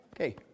Okay